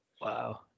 wow